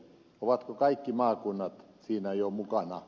ovatko kaikki maakunnat siinä jo mukana